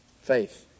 Faith